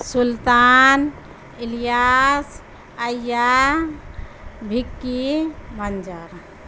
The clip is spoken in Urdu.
سلطان الیاس عیا بھکی منظر